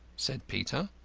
said peter.